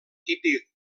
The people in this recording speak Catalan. típic